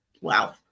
Wow